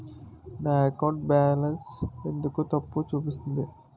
నా అకౌంట్ లో బాలన్స్ ఎందుకు తప్పు చూపిస్తుంది?